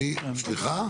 סליחה?